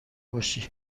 باشی